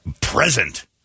present